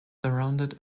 surrounded